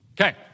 Okay